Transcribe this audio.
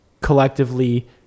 collectively